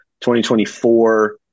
2024